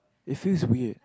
it feels from him